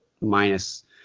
minus